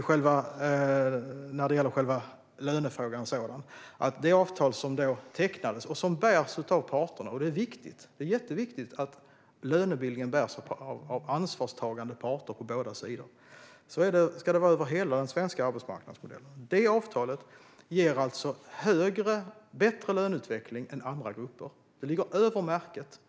När det gäller själva lönefrågan och det avtal som tecknades i går och som bärs av parterna ger avtalet bättre löneutveckling än andra gruppers avtal. Det är jätteviktigt att lönebildningen bärs av ansvarstagande parter på båda sidor, och så ska det vara över hela den svenska arbetsmarknadsmodellen. Det avtal som tecknades i går ligger över märket.